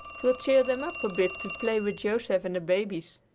twill cheer them up a bit to play with joseph and the babies.